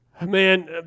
Man